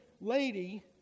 lady